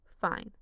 Fine